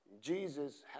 Jesus